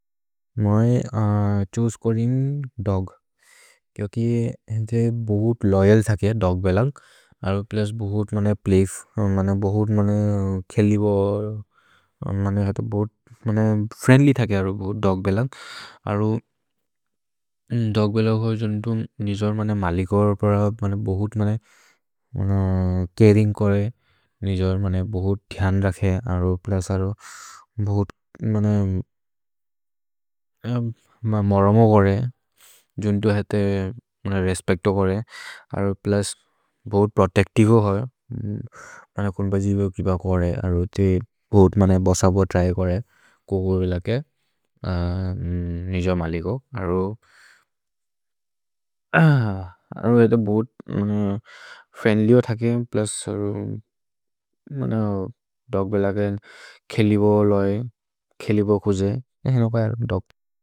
मए छूस्कोदिम् दोग्, क्योकि हिन्ते बोहुत् लोयल् थके दोग् बेलग् अरु प्लुस् बोहुत् प्लिफ्, बोहुत् खेलिबोर्। भोहुत् फ्रिएन्द्ल्य् थके दोग् बेलग् अरु दोग् बेलग् होजुन्तु निजोर् मलिकोर् प्र बोहुत् चरिन्ग् करे निजोर् बोहुत् ध्यन् रखे। अरु प्लुस् अरु बोहुत् मरमो करे जुन्तु हेते रेस्पेच्तो करे अरु प्लुस् बोहुत् प्रोतेच्तिवे हो हरे मने खुन्प। जिभे किप करे अरु थे बोहुत् मने बसबो त्र्ये करे कोगो बेलग् के निजोर् मलिको अरु अरु हेते बोहुत् फ्रिएन्द्ल्य् हो थके। प्लुस् अरु दोग् बेलग् के खेलिबोर् लोय्, खेलिबोर् खुजे, हेनो कय दोग्।